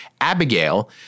Abigail